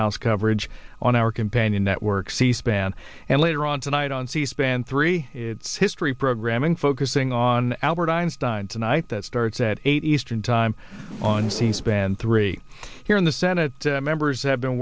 house coverage on our companion network c span and later on tonight on c span three its history programming focusing on albert einstein tonight that starts at eight eastern time on c span three here in the senate members have been